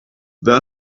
that